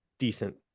decent